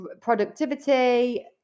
productivity